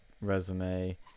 resume